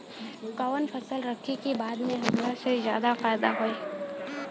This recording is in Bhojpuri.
कवन फसल रखी कि बाद में हमरा के ज्यादा फायदा होयी?